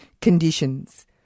conditions